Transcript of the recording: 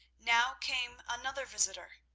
now came another visitor.